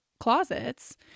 closets